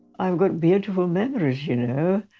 i've got beautiful memories you know.